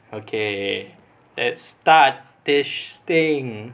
okay let's start this thing